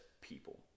people